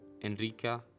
Enrica